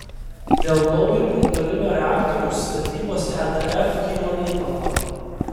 dėl naujo branduolinio reaktoriaus statybos edf kyla įtampa